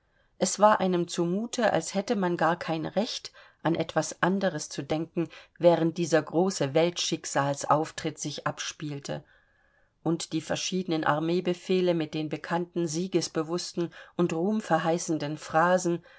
es war einem zu mute als hätte man gar kein recht an etwas anderes zu denken während dieser große weltschicksalsauftritt sich abspielte und die verschiedenen armeebefehle mit den bekannten siegesbewußten und ruhmverheißenden phrasen